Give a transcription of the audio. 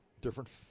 Different